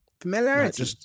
familiarity